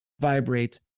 vibrates